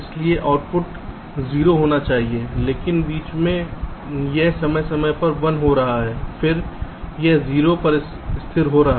इसलिए आउटपुट शून्य होना चाहिए लेकिन बीच में यह समय समय पर 1 हो रहा है फिर यह 0 पर स्थिर हो रहा है